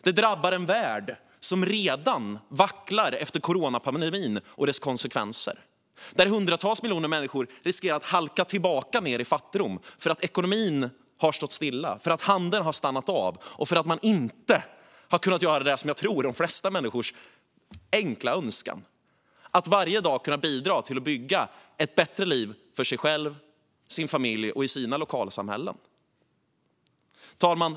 Det drabbar en värld som redan vacklar efter coronapandemin och dess konsekvenser, där hundratals miljoner människor riskerar att halka tillbaka ned i fattigdom för att ekonomin har stått stilla, för att handeln har stannat av och för att man inte har kunnat göra det som jag tror är de flesta människors enkla önskan: att varje dag bidra till att bygga ett bättre liv för sig själv, sin familj och sitt lokalsamhälle. Herr talman!